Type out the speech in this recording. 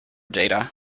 data